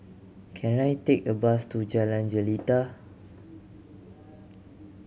can I take a bus to Jalan Jelita